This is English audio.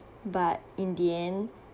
but in the end